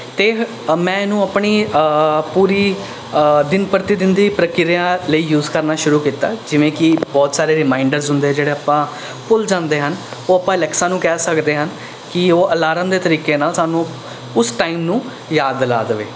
ਅਤੇ ਮੈਂ ਇਹਨੂੰ ਆਪਣੀ ਪੂਰੀ ਦਿਨ ਪ੍ਰਤੀ ਦਿਨ ਦੀ ਪ੍ਰਕਿਰਿਆ ਲਈ ਯੂਜ਼ ਕਰਨਾ ਸ਼ੁਰੂ ਕੀਤਾ ਜਿਵੇਂ ਕਿ ਬਹੁਤ ਸਾਰੇ ਰੀਮਾਈਂਡਰਸ ਹੁੰਦੇ ਜਿਹੜੇ ਆਪਾਂ ਭੁੱਲ ਜਾਂਦੇ ਹਨ ਉਹ ਆਪਾਂ ਅਲੈਕਸਾ ਨੂੰ ਕਹਿ ਸਕਦੇ ਹਾਂ ਕਿ ਉਹ ਅਲਾਰਮ ਦੇ ਤਰੀਕੇ ਨਾਲ ਸਾਨੂੰ ਉਸ ਟਾਈਮ ਨੂੰ ਯਾਦ ਦਿਲਾ ਦੇਵੇ